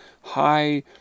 high